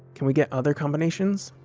can we get other combinations?